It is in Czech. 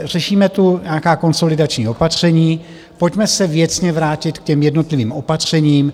Řešíme tu nějaká konsolidační opatření, pojďme se věcně vrátit k těm jednotlivým opatřením.